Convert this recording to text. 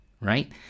right